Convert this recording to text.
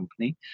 company